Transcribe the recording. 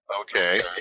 Okay